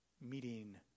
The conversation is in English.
meeting